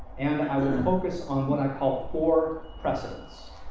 and i will focus on what i call four precedents.